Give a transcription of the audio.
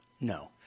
No